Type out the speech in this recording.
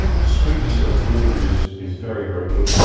sweetness of the blueberries is very very good,